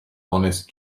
honest